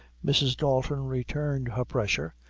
mrs. dalton returned her pressure,